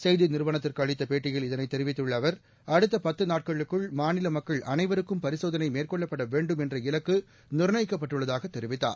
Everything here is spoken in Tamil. செய்தி நிறுவனத்துக்கு அளித்த பேட்டியில் இதனைத் தெரிவித்துள்ள அவர் அடுத்த பத்து நாட்களுக்குள் மாநில மக்கள் அனைவருக்கும் பரிசோதனை மேற்கொள்ளப்பட வேண்டும் என்ற இலக்கு நிர்ணயிக்கப் பட்டுள்ளதாகத் தெரிவித்தார்